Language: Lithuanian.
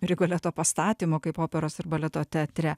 rigoleto pastatymo kaip operos ir baleto teatre